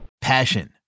Passion